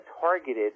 targeted